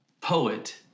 poet